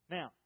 Now